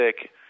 sick